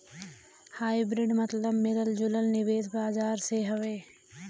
hybrid मतबल मिलल जुलल निवेश बाजार से हौ